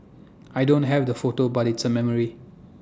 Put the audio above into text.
I don't have the photo but it's A memory